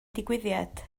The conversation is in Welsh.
digwyddiad